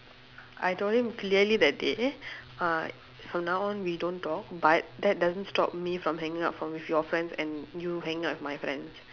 I told him clearly that day uh from now on we don't talk but that doesn't stop me from hanging out from with your friends and you hanging out with my friends